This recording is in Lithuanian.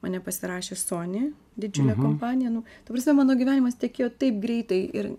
mane pasirašė sony didžiulė kompanija nu ta prasme mano gyvenimas tekėjo taip greitai ir